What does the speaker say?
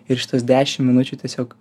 ir šitos dešim minučių tiesiog